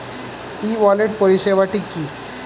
ই wallet পরিষেবাটি কি?